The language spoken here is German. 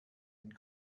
den